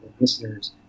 listeners